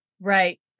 right